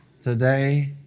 today